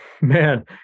man